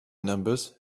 numbers